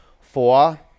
Four